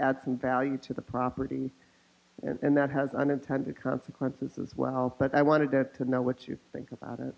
add some value to the property and that has unintended consequences as well but i wanted to know what you think about it